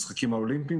האולימפיים.